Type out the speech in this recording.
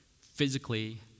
physically